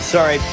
Sorry